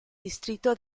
distrito